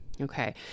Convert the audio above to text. okay